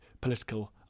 political